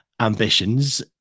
ambitions